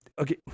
okay